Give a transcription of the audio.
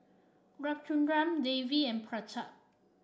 Ramchundra Devi and Pratap